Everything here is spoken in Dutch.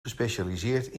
gespecialiseerd